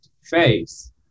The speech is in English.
face